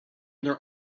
their